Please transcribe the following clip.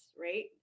right